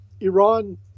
Iran